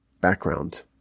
background